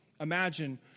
Imagine